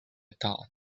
thought